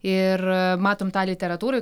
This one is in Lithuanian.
ir matom tą literatūroj